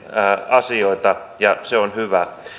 asioita ja se on hyvä